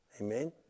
Amen